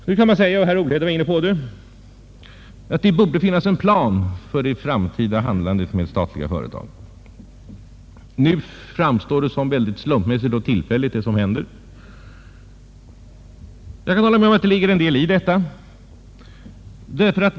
Då kan man säga — och herr Olhede var inne på den saken — att det borde finnas en plan för det framtida handlandet med statliga företag; nu framstår det som händer som slumpmässigt och tillfälligt. Jag kan hålla med om att det ligger en del i det talet.